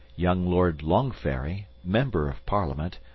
young lord longferry, member of parliament,